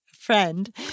friend